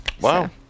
Wow